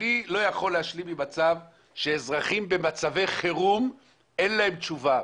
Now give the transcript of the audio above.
אני לא יכול להשלים עם הצו כשלאזרחים במצבי חירום אין תשובה.